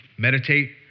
Meditate